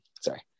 sorry